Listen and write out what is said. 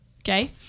Okay